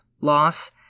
loss